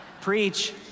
Preach